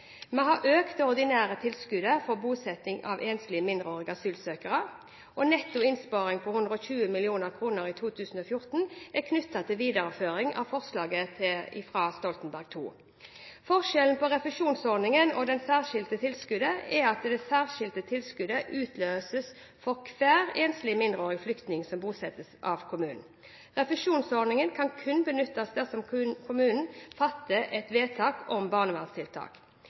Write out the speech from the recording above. Vi har økt det ordinære tilskuddet for bosetting av enslige mindreårige asylsøkere. Nettoinnsparingen på 120 mill. kr i 2014 er knyttet til videreføringen av forslaget fra Stoltenberg II. Forskjellen på refusjonsordningen og det særskilte tilskuddet er at det særskilte tilskuddet utløses for hver enslig mindreårig flyktning som bosettes av kommunen. Refusjonsordningen kan kun benyttes dersom kommunen fatter et vedtak om barnevernstiltak.